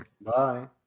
Bye